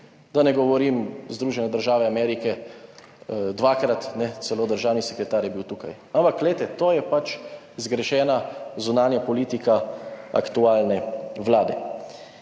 da ne govorim Združene države Amerike, dvakrat, celo državni sekretar je bil tukaj, ampak glejte, to je pač zgrešena zunanja politika aktualne Vlade.